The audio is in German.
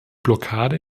blockade